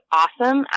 awesome